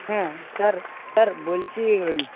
হ্যাঁ sir sir বলছি